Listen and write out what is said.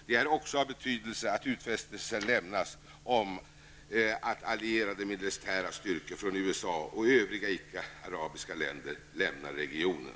Det är också av betydelse att utfästelser lämnas om att allierade militära styrkor från USA och övriga icke-arabiska länder lämnar regionen.